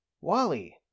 Wally